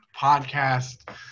podcast